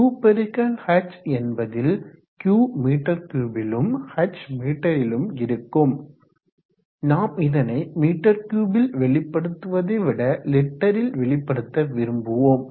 Q x h என்பதில் Q மீ3 லும் h மீட்டரிலும் இருக்கும் நாம் இதனை மீ3 ல் வெளிப்படுத்துவதை விட லிட்டரில் வெளிப்படுத்த விரும்புவோம்